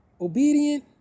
obedient